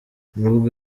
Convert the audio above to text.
nubwo